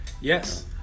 Yes